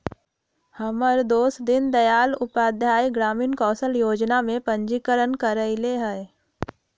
हमर दोस दीनदयाल उपाध्याय ग्रामीण कौशल जोजना में पंजीकरण करएले हइ